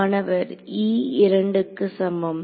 மாணவர் e 2 க்கு சமம்